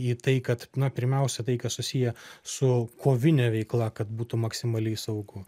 į tai kad na pirmiausia tai kas susiję su kovine veikla kad būtų maksimaliai saugu